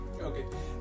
okay